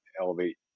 elevate